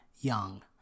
Young